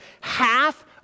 half